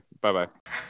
bye-bye